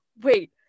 wait